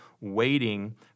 waiting